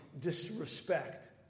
disrespect